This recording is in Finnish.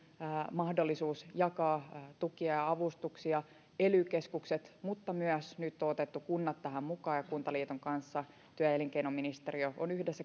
mahdollisuus jakaa tukia ja avustuksia ely keskukset mutta nyt on otettu myös kunnat tähän mukaan ja yhdessä kuntaliiton kanssa työ ja elinkeinoministeriö on